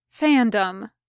Fandom